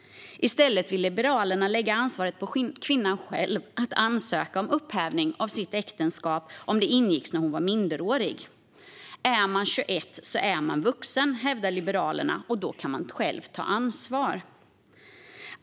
I stället vill Liberalerna lägga ansvaret på kvinnan själv att ansöka om att äktenskapet ogiltigförklaras om det ingicks när hon var minderårig. Om man är 21 år är man vuxen, hävdar Liberalerna, och kan själv ta ansvar.